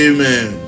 Amen